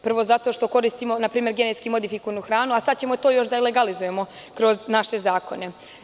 Prvo zato što koristimo genetski modifikovanu hranu, a to ćemo sada još da legalizujemo kroz naše zakone.